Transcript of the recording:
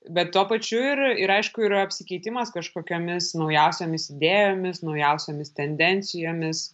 bet tuo pačiu ir ir aišku yra apsikeitimas kažkokiomis naujausiomis idėjomis naujausiomis tendencijomis